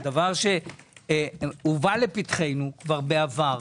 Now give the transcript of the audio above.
זה הובא לפתחנו גם בעבר.